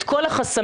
את כל החסמים,